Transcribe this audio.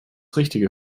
richtige